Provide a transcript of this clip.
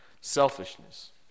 Selfishness